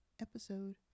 episode